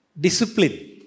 discipline